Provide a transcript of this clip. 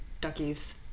duckies